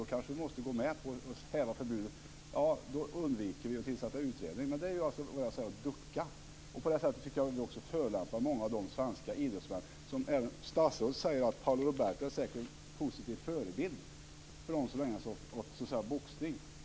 Då kanske vi måste gå med på att häva förbudet. Därför undviker vi att tillsätta en utredning. Det är att ducka. På det sättet tycker jag att vi förolämpar många svenska idrottsmän. Även statsrådet säger att Paolo Roberto säkert är en positiv förebild för dem som ägnar sig åt boxning.